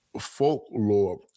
folklore